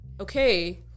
okay